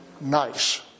nice